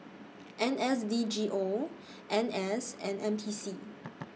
N S D G O N S and N P C